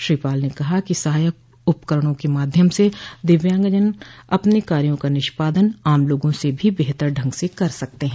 श्री पाल ने कहा कि सहायक उपकरणों के माध्यम से दिव्यांगजन अपने कार्यो का निष्पादन आम लोगों से भी बेहतर ढंग से कर सकते हैं